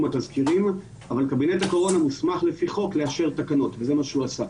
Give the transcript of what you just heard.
התזכירים אבל קבינט הקורונה מוסמך לפי חוק לאשר תקנות וזה מה שהוא עשה.